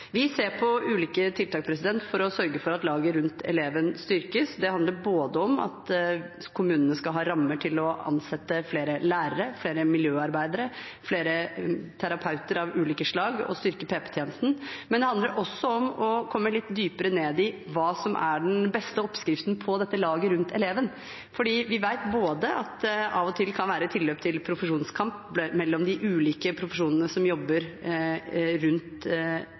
Vi ser på ulike tiltak for å sørge for at laget rundt eleven styrkes. Det handler om at kommunene skal ha rammer til å ansette flere lærere, flere miljøarbeidere, flere terapeuter av ulike slag og å styrke PP-tjenesten. Men det handler også om å komme litt dypere ned i hva som er den beste oppskriften på dette laget rundt eleven, for vi vet at det både kan være tilløp til profesjonskamp mellom de ulike profesjonene som jobber rundt